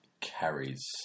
carries